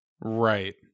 Right